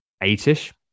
eight-ish